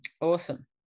awesome